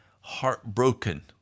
heartbroken